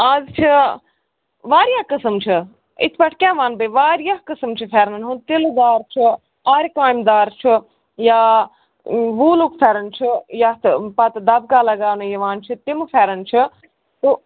آز چھِ وارِیاہ قٕسٕم چھِ اِتھ پٲٹھۍ کیٛاہ ون بہٕ وارِیاہ قسٕم چھُ فرٮ۪نن ہُنٛد تِلہٕ دار چھُ آرِ کام دار چھُ یا ووٗلُک پھٮ۪رن چھُ یَتھ پتہٕ دبکا لگاونہٕ یِوان چھُ تِمہٕ پھٮ۪رن چھِ ہُہ